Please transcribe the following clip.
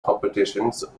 competitions